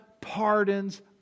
pardons